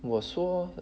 我说